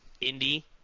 Indy